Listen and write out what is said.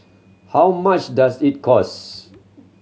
how much does it cost